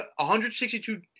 162